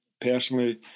personally